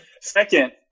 second